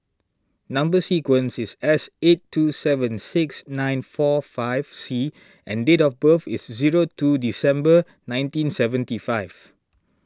Number Sequence is S eight two seven six nine four five C and date of birth is zero two December nineteen seventy five